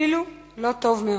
אפילו לא טוב מאוד.